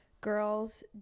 girls